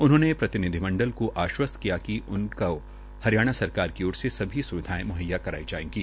उन्होंने प्रतिनिधिमंडल को आश्वस्त किया कि उनको हरियाणा सरकार की ओर से सभी स्विधाएं मुहैया करवाई जाएंगी